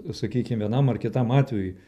sakykim vienam ar kitam atvejui